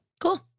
cool